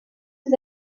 ses